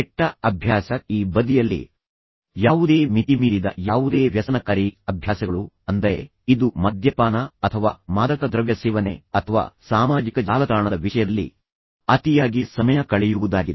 ಕೆಟ್ಟ ಅಭ್ಯಾಸ ಈ ಬದಿಯಲ್ಲಿ ಯಾವುದೇ ಮಿತಿಮೀರಿದ ಯಾವುದೇ ವ್ಯಸನಕಾರಿ ಅಭ್ಯಾಸಗಳು ಅಂದರೆ ಇದು ಮದ್ಯಪಾನ ಅಥವಾ ಮಾದಕ ದ್ರವ್ಯ ಸೇವನೆ ಅಥವಾ ಸಾಮಾಜಿಕ ಜಾಲತಾಣದ ವಿಷಯದಲ್ಲಿ ಅತಿಯಾಗಿ ಸಮಯ ಕಳೆಯುವುದಾಗಿದೆ